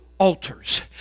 altars